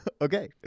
Okay